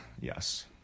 Yes